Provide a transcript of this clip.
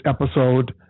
episode